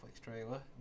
trailer